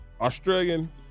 Australian